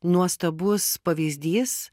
nuostabus pavyzdys